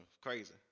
crazy